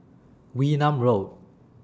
Wee Nam Road